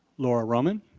laura roman?